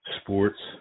sports